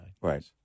Right